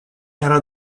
era